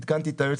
לדעתי, היום